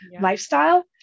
lifestyle